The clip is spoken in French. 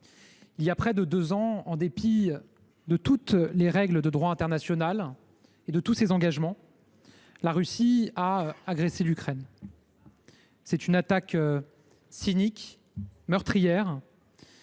voilà près de deux ans, en dépit de toutes les règles de droit international et de tous ses engagements, la Russie a agressé l’Ukraine. C’est une attaque cynique et meurtrière,